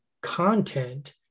Content